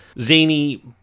zany